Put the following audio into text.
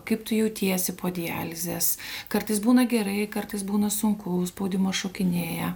kaip tu jautiesi po dializės kartais būna gerai kartais būna sunku spaudimas šokinėja